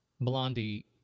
Blondie